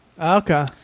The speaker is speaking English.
Okay